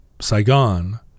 Saigon